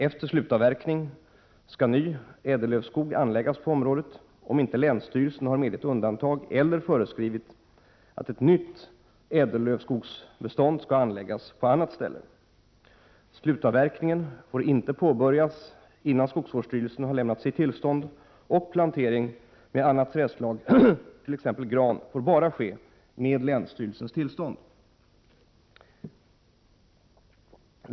Efter slutavverkning skall ny ädellövskog anläggas på området om inte länsstyrelsen har medgett undantag eller föreskrivit att ett nytt ädellövskogsbestånd skall anläggas på annat ställe. Slutavverkningen får inte påbörjas innan skogsvårdsstyrelsen har lämnat sitt tillstånd, och plantering med annat trädslag, t.ex. gran, får bara ske med länsstyrelsens tillstånd.